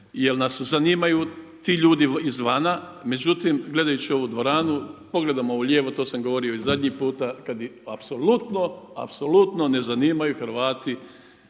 jer nas zanimaju ti ljudi izvana, međutim, gledajući ovu dvoranu, pogledamo u lijevo to sam govorio i zadnji puta, kad ih apsolutno, apsolutno ne zanimaju Hrvati